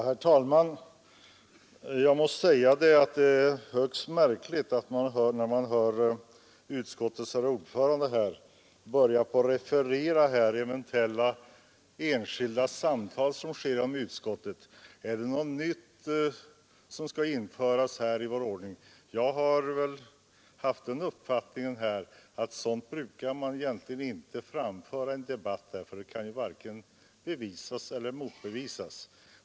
Herr talman! Jag måste säga att det är högst märkligt när utskottets ordförande här börjar referera eventuella enskilda samtal som skett inom utskottet. Är det någon ny ordning som skall införas här? Jag har haft den uppfattningen att sådant brukar man egentligen inte framföra i en debatt, för det kan ju varken bevisas eller motbevisas.